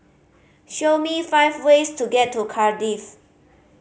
show me five ways to get to Cardiff